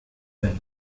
well